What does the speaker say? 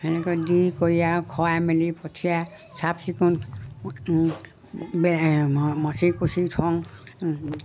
তেনেকৈ দি কৰি আৰু খোৱাই মেলি পঠিয়াই চাফ চিকুণ মচি কুচি থওঁ